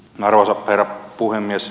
arvoisa herra puhemies